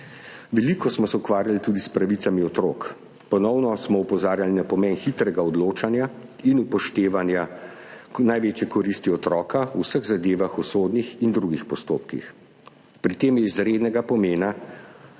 Veliko smo se ukvarjali tudi s pravicami otrok. Ponovno smo opozarjali na pomen hitrega odločanja in upoštevanja največje koristi otroka v vseh zadevah v sodnih in drugih postopkih. Pri tem je izrednega pomena